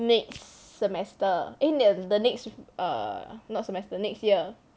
next semester eh the the next err not semester next year